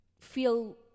feel